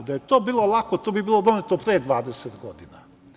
Da je to bilo lako, to bi bilo doneto pre 20 godina.